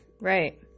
Right